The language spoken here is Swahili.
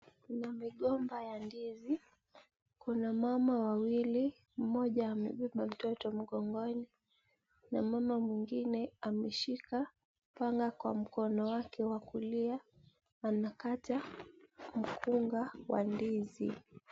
Kuna migomba ya ndizi, kuna mama wawili, mmoja amebeba mtoto mgongoni na mama mwingine ameshika panga kwa mkono wake wa kulia anakata mkunga wa ndizi.